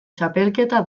txapelketa